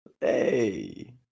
Hey